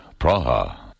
Praha